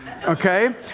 Okay